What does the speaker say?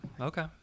okay